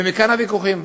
ומכאן הוויכוחים.